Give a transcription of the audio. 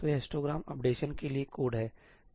तो यह histogram updation के लिए कोड है